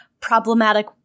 problematic